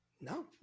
No